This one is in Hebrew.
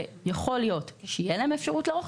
יכול להיות שתהיה להם אפשרות לערוך,